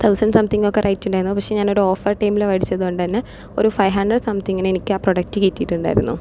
thousand something ഒക്കെ rate ഉണ്ടായിരുന്നു പക്ഷെ ഞാൻ ഒരു ഓഫർ ടൈമിൽ മേടിച്ചത് കൊണ്ട് തന്നെ ഒരു ഫൈവ് ഹൺഡ്രഡ് സംതിങ്ങിന് എനിക്ക് ആ പ്രൊഡക്റ്റ് കിട്ടിയിട്ടുണ്ടായിരുന്നു